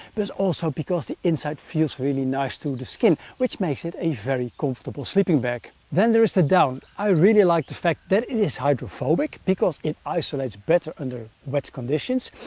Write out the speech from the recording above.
is also because the inside feels really nice to the skin. which makes it a very comfortable sleeping bag. then there is the down, i really like the fact that it is hydrophobic because it isolates better under wet conditions.